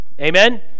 Amen